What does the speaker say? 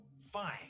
fine